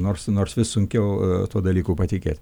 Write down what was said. nors nors vis sunkiau tuo dalyku patikėti